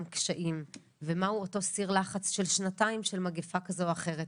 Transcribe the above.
קשיים ומהו אותו סיר לחץ של שנתיים של מגיפה כזו או אחרת.